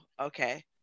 okay